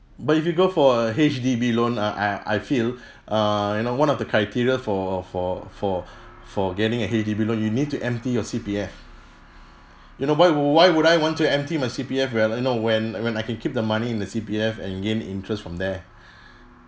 but if you go for a H_D_B loan ah I I feel err you know one of the criteria for for for for getting a H_D_B loan you need to empty your C_P_F you know why would why would I want to empty my C_P_F when like you know when when I can keep the money in the C_P_F and gain interest from there